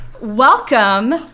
welcome